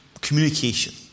communication